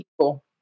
people